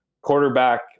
quarterback